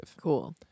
Cool